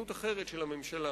מדיניות אחרת של הממשלה